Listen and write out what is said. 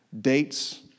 dates